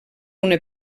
una